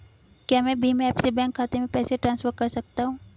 क्या मैं भीम ऐप से बैंक खाते में पैसे ट्रांसफर कर सकता हूँ?